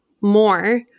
more